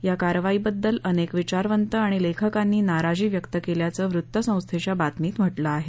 या कारवाईबद्दल अनेक विचारवंत आणि लेखकांनी नाराजी व्यक्त केल्याचं वृत्तसंस्थेच्या बातमीत म्हटलं आहे